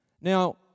Now